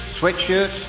sweatshirts